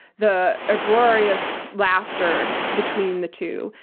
the uproarious laughter between the two,